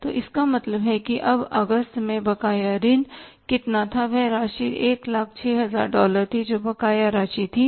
तो इसका मतलब है कि अब अगस्त में बकाया ऋण कितना था वह राशि 106000 डॉलर थी जो बकाया राशि थी